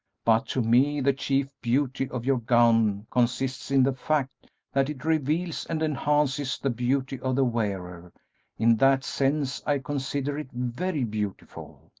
but to me the chief beauty of your gown consists in the fact that it reveals and enhances the beauty of the wearer in that sense, i consider it very beautiful.